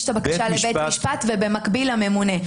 את הבקשה לבית המשפט ובמקביל לממונה.